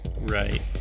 Right